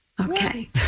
Okay